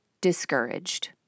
discouraged